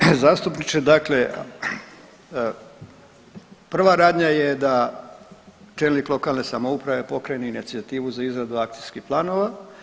Uvaženi zastupniče dakle prva radnja je da čelnik lokalne samouprave pokrene inicijativu za izradu akcijskih planova.